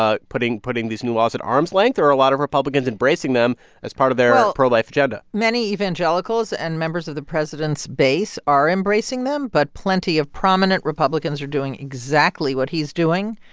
ah putting putting these new laws at arm's length? or a lot of republicans embracing them as part of their pro-life agenda? well, many evangelicals and members of the president's base are embracing them. but plenty of prominent republicans are doing exactly what he's doing.